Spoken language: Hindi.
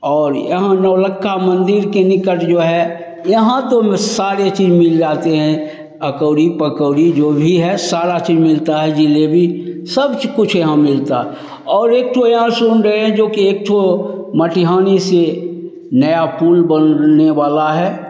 और यहाँ नौ लक्खा मंदिर के निकट जो है यहाँ तो म सारे चीज़ मिल जाते हैं अकौड़ी पकौड़ी जो भी है सारी चीज़ मिलती है जलेबी सब चीज़ कुछ यहाँ मिलता और एक ठो यह सुन रहे हैं जोकि एक ठो मटिहानी से नया पूल बनने वाला है